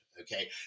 Okay